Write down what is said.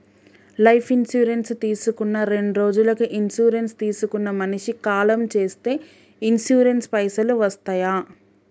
Life insurance తీసుకున్న రెండ్రోజులకి insurance తీసుకున్న మనిషి కాలం చేస్తే ఇన్సూరెన్స్ పైసల్ వస్తయా?